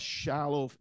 shallow